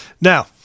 Now